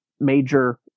Major